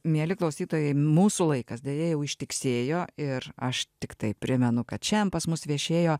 mieli klausytojai mūsų laikas deja jau ištiksėjo ir aš tiktai primenu kad šiandien pas mus viešėjo